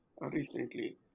recently